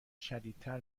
شدیدتر